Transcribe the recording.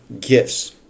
gifts